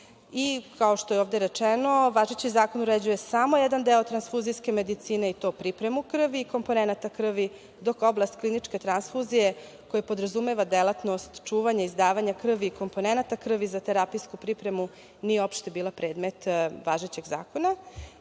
Kao što je ovde rečeno važeći zakon uređuje samo jedan deo transfuzijske medicine i to pripremu krvi i komponenata krvi, dok oblast kliničke transfuzije koja podrazumeva delatnost čuvanja i izdavanja krvi, komponenata krvi za terapijsku pripremu nije uopšte bio predmet važećeg zakona.